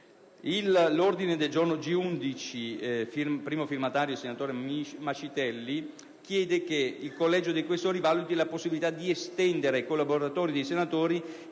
L'ordine del giorno G11, di cui è primo firmatario il senatore Mascitelli, chiede che il Collegio dei Questori valuti la possibilità di estendere ai collaboratori dei senatori